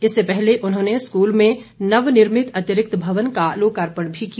इससे पहले उन्होंने स्कूल में नवर्निमित अतिरिक्त भवन का लोकार्पण भी किया